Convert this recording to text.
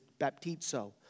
baptizo